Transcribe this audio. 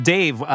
Dave